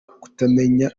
kutamenya